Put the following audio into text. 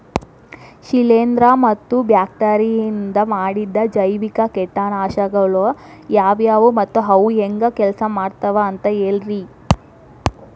ಶಿಲೇಂಧ್ರ ಮತ್ತ ಬ್ಯಾಕ್ಟೇರಿಯದಿಂದ ಮಾಡಿದ ಜೈವಿಕ ಕೇಟನಾಶಕಗೊಳ ಯಾವ್ಯಾವು ಮತ್ತ ಅವು ಹೆಂಗ್ ಕೆಲ್ಸ ಮಾಡ್ತಾವ ಅಂತ ಹೇಳ್ರಿ?